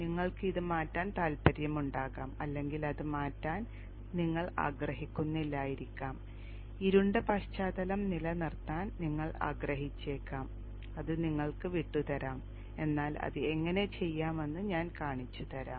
നിങ്ങൾക്ക് ഇത് മാറ്റാൻ താൽപ്പര്യമുണ്ടാകാം അല്ലെങ്കിൽ അത് മാറ്റാൻ നിങ്ങൾ ആഗ്രഹിക്കുന്നില്ലായിരിക്കാം ഇരുണ്ട പശ്ചാത്തലം നിലനിർത്താൻ നിങ്ങൾ ആഗ്രഹിച്ചേക്കാം അത് നിങ്ങൾക്ക് വിട്ടു തരാം എന്നാൽ അത് എങ്ങനെ ചെയ്യാമെന്ന് ഞാൻ കാണിച്ചുതരാം